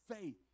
faith